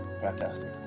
fantastic